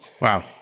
Wow